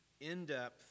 in-depth